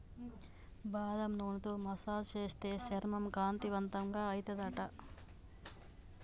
బాదం నూనెతో మసాజ్ చేస్తే చర్మం కాంతివంతంగా అయితది అంట